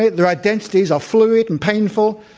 their identities are fluid and painful.